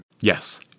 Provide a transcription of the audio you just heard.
Yes